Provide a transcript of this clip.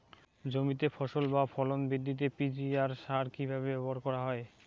জমিতে ফসল বা ফলন বৃদ্ধিতে পি.জি.আর সার কীভাবে ব্যবহার করা হয়?